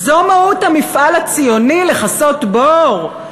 זו מהות המפעל הציוני, לכסות בור?